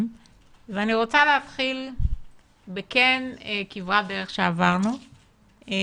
ואני רוצה להתחיל ולומר שבכברת הדרך שעברנו,